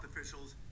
officials